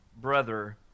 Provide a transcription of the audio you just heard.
brother